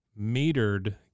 metered